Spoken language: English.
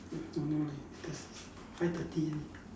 uh don't know lah it's five thirty eh